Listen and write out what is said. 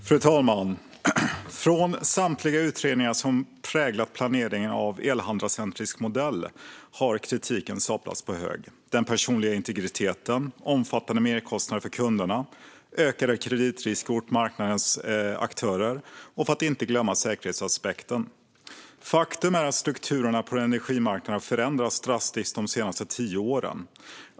Fru talman! Från samtliga utredningar som präglat planeringen av elhandlarcentrisk modell har kritiken staplats på hög. Den gäller den personliga integriteten, omfattande merkostnader för kunderna, ökad kreditrisk mot marknadens aktörer samt säkerhetsaspekten. Faktum är att strukturerna på energimarknaden förändrats drastiskt under de senaste tio åren.